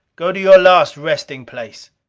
go to your last resting place!